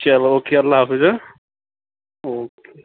چلو اوکے اللہ حافظ ہہ اوکے